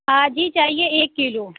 آج ہی چاہیے ایک کیلو